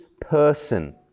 person